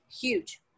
huge